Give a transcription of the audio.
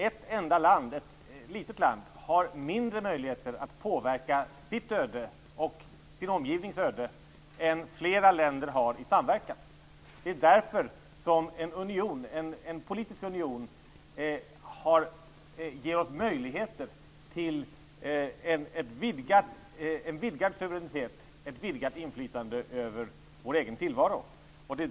Ett enda litet land har mindre möjligheter att påverka sitt och sin omgivnings öde än flera länder har i samverkan. En politisk union ger oss alltså möjligheter till en vidgad suveränitet och ett vidgat inflytande över vår egen tillvaro.